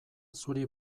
zuri